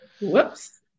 Whoops